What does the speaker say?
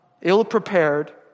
ill-prepared